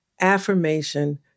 affirmation